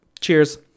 cheers